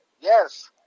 Yes